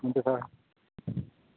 हुन्छ सर